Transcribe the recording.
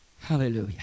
Hallelujah